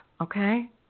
okay